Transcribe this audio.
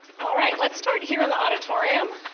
ah right, let's start here in the auditorium.